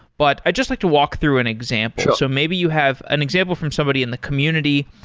but i just like to walk through an example. so maybe you have an example from somebody in the community,